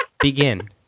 Begin